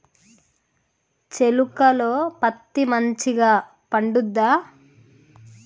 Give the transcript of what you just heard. చేలుక లో పత్తి మంచిగా పండుద్దా?